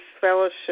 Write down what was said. fellowship